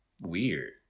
weird